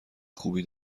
خوبی